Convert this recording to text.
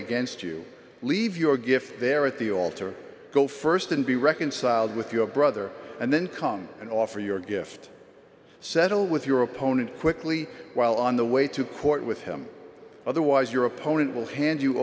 against you leave your gift there at the altar go st and be reconciled with your brother and then come and offer your gift settle with your opponent quickly while on the way to court with him otherwise your opponent will hand you